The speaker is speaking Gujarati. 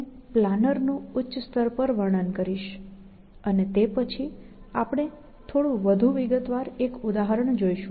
હું પ્લાનર નું ઉચ્ચ સ્તર પર વર્ણન કરીશ અને તે પછી આપણે થોડું વધુ વિગતવાર એક ઉદાહરણ જોશું